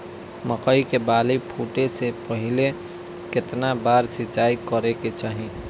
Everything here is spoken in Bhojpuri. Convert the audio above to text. मकई के बाली फूटे से पहिले केतना बार सिंचाई करे के चाही?